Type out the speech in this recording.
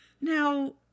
now